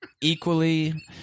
equally